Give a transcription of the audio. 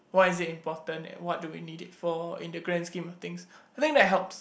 why is it important and what do we need it for in the grand scheme of things I think that helps